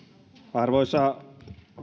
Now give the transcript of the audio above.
arvoisa